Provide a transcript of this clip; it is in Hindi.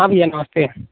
हाँ भैया नमस्ते